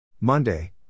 Monday